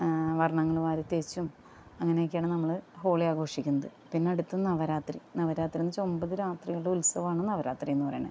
വര്ണ്ണങ്ങള് വാരിത്തേച്ചും അങ്ങനെയൊക്കെയാണ് നമ്മള് ഹോളി ആഘോഷിക്കുന്നത് പിന്നെ അടുത്തത് നവരാത്രി നവരാത്രി എന്ന് വെച്ചാൽ ഒമ്പത് രാത്രികളുടെ ഉത്സവമാണ് നവരാത്രി എന്ന് പറയുന്നത്